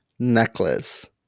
necklace